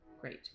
great